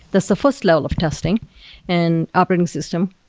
that's the first level of testing and operating system.